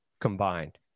combined